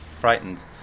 frightened